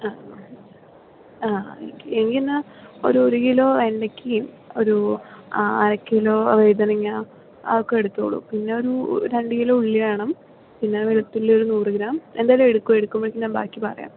ആ ആ ആ എനിക്ക് എനിക്കെന്നാൽ ഒരു ഒരു കിലോ വെണ്ടക്കയും ഒരു അരക്കിലോ വഴുതനങ്ങ അതൊക്കെ എടുത്തോളൂ പിന്നെ ഒരു രണ്ടു കിലോ ഉള്ളി വേണം പിന്നെ വെളുത്തുള്ളി ഒരു നൂറു ഗ്രാം എന്തായാലും എടുക്കൂ എടുക്കുമ്പോഴേക്കും ഞാൻ ബാക്കി പറയാം